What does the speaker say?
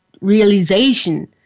realization